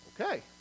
okay